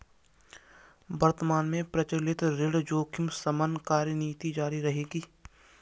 वर्तमान में प्रचलित ऋण जोखिम शमन कार्यनीति जारी रहेगी